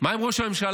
מה עם ראש הממשלה?